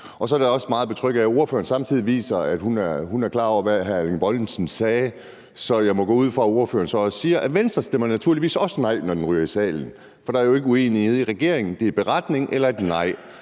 Så er det også meget betryggende, at ordføreren samtidig viser, at hun er klar over, hvad hr. Erling Bonnesen sagde. Så jeg må gå ud fra, at ordføreren så også siger, at Venstre naturligvis også stemmer nej, når det ryger i salen. For der er jo ikke uenighed i regeringen. Det er enten en beretning eller et nej.